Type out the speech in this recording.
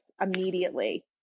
immediately